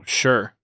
sure